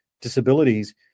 disabilities